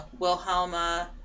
Wilhelma